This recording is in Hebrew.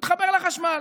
מתחבר לחשמל.